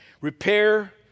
repair